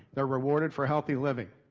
they're rewarded for healthy living.